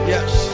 Yes